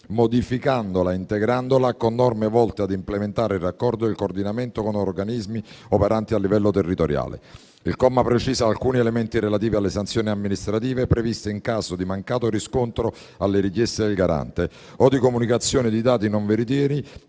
modificandola e integrandola con norme volte ad implementare il raccordo e il coordinamento con organismi operanti al livello territoriale. Il comma precisa alcuni elementi relativi alle sanzioni amministrative previste in caso di mancato riscontro alle richieste del garante o di comunicazioni di dati non veritieri